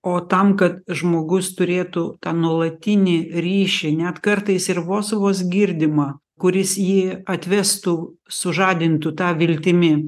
o tam kad žmogus turėtų tą nuolatinį ryšį net kartais ir vos vos girdimą kuris jį atvestų sužadintų tą viltimi